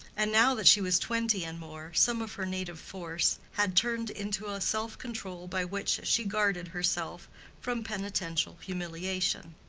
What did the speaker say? and now that she was twenty and more, some of her native force had turned into a self-control by which she guarded herself from penitential humiliation.